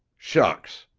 shucks,